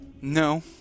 no